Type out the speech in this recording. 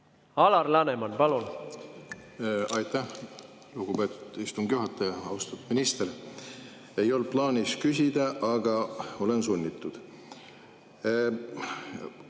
Alar Laneman, palun! Aitäh, lugupeetud istungi juhataja! Austatud minister! Ei olnud plaanis küsida, aga olen sunnitud.